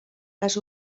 les